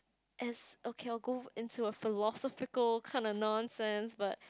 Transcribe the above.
as okay I will go into a philosophical kind of nonsense but